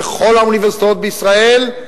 בכל האוניברסיטאות בישראל.